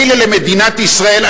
מילא למדינת ישראל,